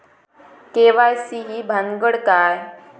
KYC ही भानगड काय?